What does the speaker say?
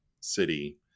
city